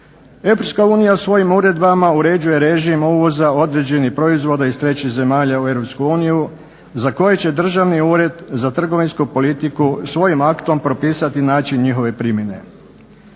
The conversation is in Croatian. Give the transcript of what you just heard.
Europska unija svojim uredbama uređuje režim uvoza određenih proizvoda iz trećih zemalja u Europsku uniju za koje će Državni ured za trgovinsku politiku svojim aktom propisati način njihove primjene.